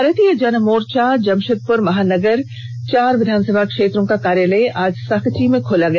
भारतीय जन मोर्चा जमशेदपुर महानगर चार विधानसभा क्षेत्रों का कार्यालय आज साकची में खोला गया